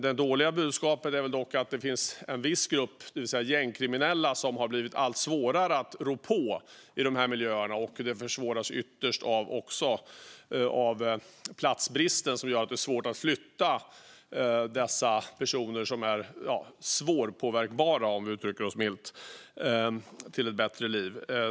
Det dåliga budskapet är dock att det finns en viss grupp, det vill säga gängkriminella, som har blivit allt svårare att rå på i dessa miljöer. Det försvåras också ytterligare av platsbristen, som gör det svårt att flytta dessa personer som är svåra att påverka - om vi uttrycker oss milt - till ett bättre liv.